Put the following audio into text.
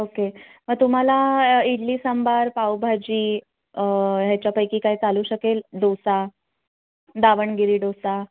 okay मग तुम्हाला इडली सांबार पावभाजी ह्याच्यापैकी काय चालू शकेल डोसा दावणगिरी डोसा